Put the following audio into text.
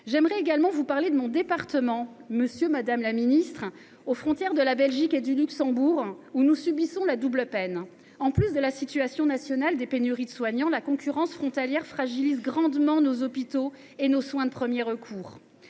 J’aimerais également vous parler de mon département, qui se trouve aux frontières de la Belgique et du Luxembourg. Nous subissons une double peine : outre la situation nationale de pénurie de soignants, la concurrence frontalière fragilise grandement nos hôpitaux et nos soins de premier recours.